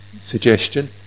suggestion